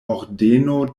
ordeno